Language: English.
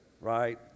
right